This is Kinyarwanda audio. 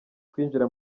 kwinjira